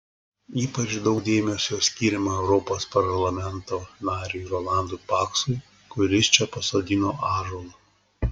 ypač daug dėmesio skiriama europos parlamento nariui rolandui paksui kuris čia pasodino ąžuolą